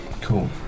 cool